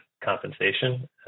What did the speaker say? compensation